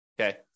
okay